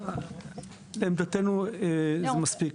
עמדתנו שזה מספיק,